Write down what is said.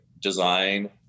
design